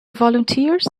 volunteers